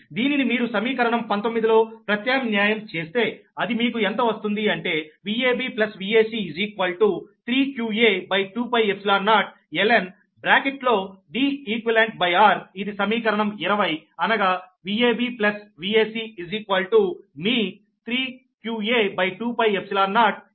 దీనిని మీరు సమీకరణం 19 లో ప్రత్యామ్న్యాయం చేస్తే అది మీకు ఎంత వస్తుంది అంటే Vab Vac 3qa2π0 ln బ్రాకెట్లో Deqrఇది సమీకరణం 20 అనగా Vab Vac మీ 3qa2π0ln Deqr